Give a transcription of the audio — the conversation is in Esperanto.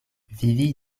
vivi